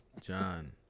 John